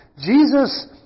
Jesus